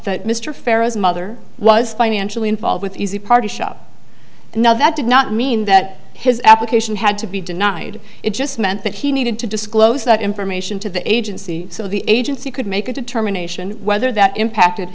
that mr farrow's mother was financially involved with easy party shop now that did not mean that his application had to be denied it just meant that he needed to disclose that information to the agency so the agency could make a determination whether that impacted